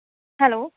hello